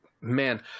man